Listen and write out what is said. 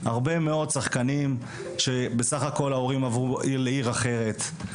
הרבה מאוד שחקנים שבסך הכול ההורים עברו לעיר אחרת,